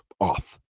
Off